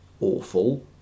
awful